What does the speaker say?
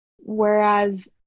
Whereas